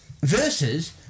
Versus